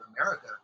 America